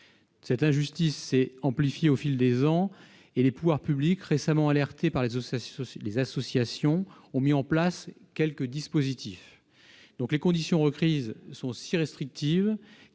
Cette injustice s'est amplifiée au fil des ans. Les pouvoirs publics, récemment alertés par les associations, ont mis en place quelques dispositifs, mais les conditions requises sont toutefois si restrictives